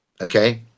Okay